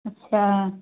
अच्छा